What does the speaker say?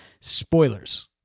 Spoilers